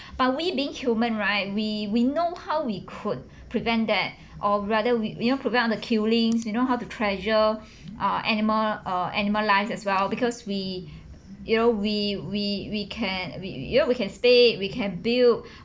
but we being human right we we know how we could prevent that or rather we you know prevent on the killings you know how to treasure uh animal uh animal lives as well because we you know we we we can we you know we can speak we can build